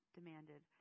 demanded